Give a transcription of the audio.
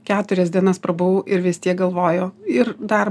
keturias dienas prabuvau ir vis tiek galvoju ir dar